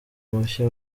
mushya